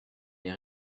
les